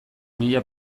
mila